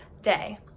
day